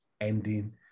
ending